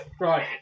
Right